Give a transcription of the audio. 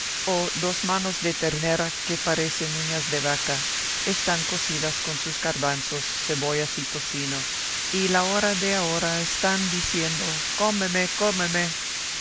o dos manos de ternera que parecen uñas de vaca están cocidas con sus garbanzos cebollas y tocino y la hora de ahora están diciendo coméme